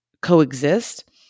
coexist